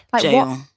Jail